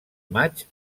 maig